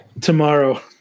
Tomorrow